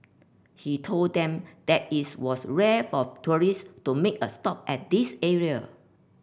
he told them that is was rare for tourist to make a stop at this area